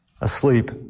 asleep